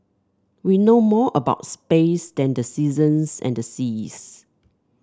we know more about space than the seasons and the seas